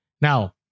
Now